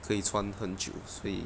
可以穿很久所以